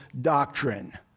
doctrine